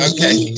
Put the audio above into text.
Okay